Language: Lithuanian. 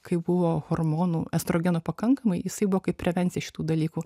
kai buvo hormonų estrogeno pakankamai jisai buvo kaip prevencija šitų dalykų